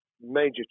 major